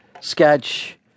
sketch